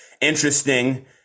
interesting